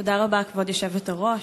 תודה רבה, כבוד היושבת-ראש.